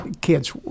kids